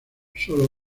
sólo